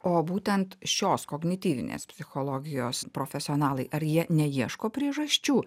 o būtent šios kognityvinės psichologijos profesionalai ar jie neieško priežasčių